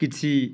କିଛି